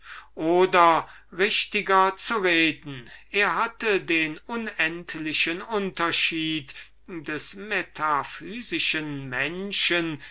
oder richtiger zu reden er kannte den unendlichen unterschied zwischen dem metaphysischen menschen